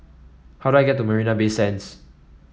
how do I get to Marina Bay Sands